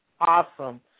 awesome